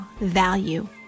value